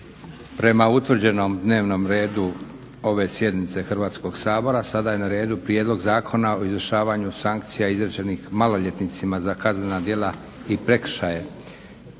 Prema utvrđenom dnevnom redu ove sjednice Hrvatskog sabora sada je na redu - Prijedlog zakona o izvršavanju sankcija izrečenih maloljetnicima za kaznena djela i prekršaje,